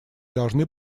должны